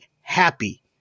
happy